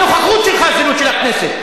הנוכחות שלך זילות של הכנסת.